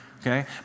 Okay